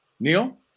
Neil